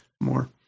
more